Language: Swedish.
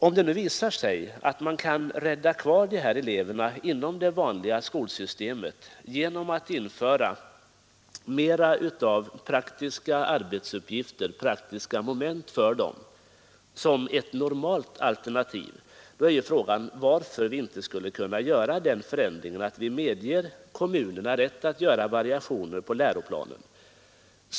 Om det nu visar sig att man kan rädda kvar de här eleverna inom det vanliga skolsystemet genom att tillföra mera praktiska arbetsmoment för dem, som ett normalt alternativ, är frågan varför vi inte skulle kunna nå den förändringen genom att medge kommunerna rätt att göra variationer på läroplanen.